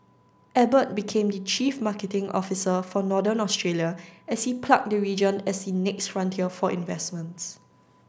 Abbott became the chief marketing officer for Northern Australia as he plugged the region as the next frontier for investments